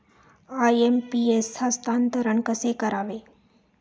IMPS हस्तांतरण कसे करावे?